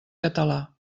català